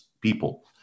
people